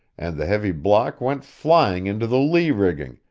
and the heavy block went flying into the lee rigging,